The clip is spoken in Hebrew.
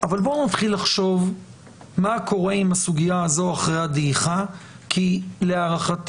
אבל בואו נתחיל לחשוב מה קורה עם הסוגיה הזאת אחרי הדעיכה כי להערכתי,